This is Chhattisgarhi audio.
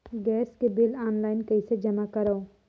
गैस के बिल ऑनलाइन कइसे जमा करव?